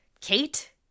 Kate